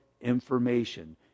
information